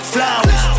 Flowers